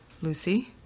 Lucy